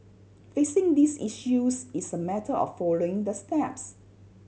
fixing these issues is a matter of following the steps